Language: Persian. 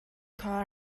کار